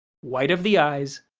white of the eyes,